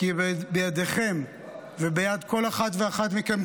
כי בידיכם ובידי כל אחת ואחד מכם,